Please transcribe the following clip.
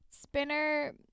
Spinner